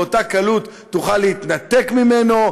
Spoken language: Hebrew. באותה קלות תוכל להתנתק ממנו.